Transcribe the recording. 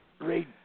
Read